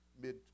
mid